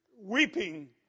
weeping